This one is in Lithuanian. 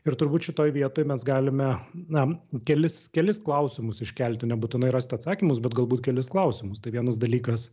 ir turbūt šitoj vietoj mes galime na kelis kelis klausimus iškelti nebūtinai rasti atsakymus bet galbūt kelis klausimus tai vienas dalykas